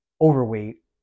overweight